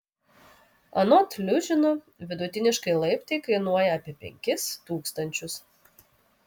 anot liužino vidutiniškai laiptai kainuoja apie penkis tūkstančius